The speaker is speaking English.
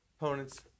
opponents